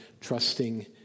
Trusting